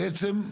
בעצם,